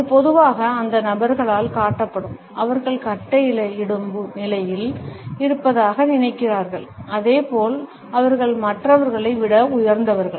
இது பொதுவாக அந்த நபர்களால் காட்டப்படும் அவர்கள் கட்டளையிடும் நிலையில் இருப்பதாக நினைக்கிறார்கள் அதேபோல் அவர்கள் மற்றவர்களை விட உயர்ந்தவர்கள்